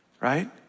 right